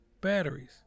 batteries